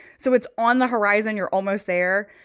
so it's on the horizon. you're almost there.